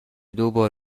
دوبار